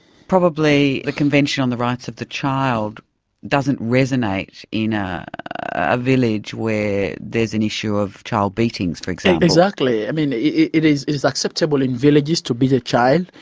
probably the convention on the rights of the child doesn't resonate in ah a village where there's an issue of child beatings, for example. exactly, i mean, it is it is acceptable in villages to beat a child,